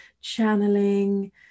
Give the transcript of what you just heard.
channeling